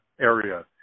area